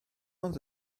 ond